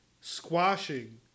squashing